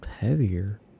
heavier